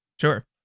Sure